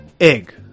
egg